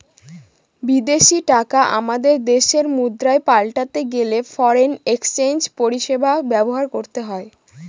বিদেশী টাকা আমাদের দেশের মুদ্রায় পাল্টাতে গেলে ফরেন এক্সচেঞ্জ পরিষেবা ব্যবহার করতে হয়